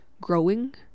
growing